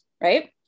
Right